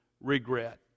regret